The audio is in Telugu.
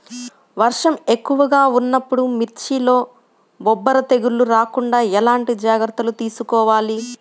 వర్షం ఎక్కువగా ఉన్నప్పుడు మిర్చిలో బొబ్బర తెగులు రాకుండా ఎలాంటి జాగ్రత్తలు తీసుకోవాలి?